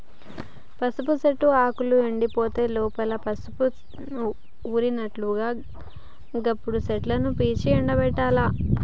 పసుపు చెట్టు ఆకులు ఎండిపోతుంటే లోపల పసుపు ఊరినట్లట గప్పుడు చెట్లను పీకి ఎండపెట్టాలి